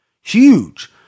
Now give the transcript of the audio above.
Huge